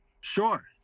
Sure